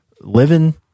living